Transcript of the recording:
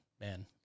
man